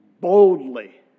boldly